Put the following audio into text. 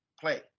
play